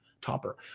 topper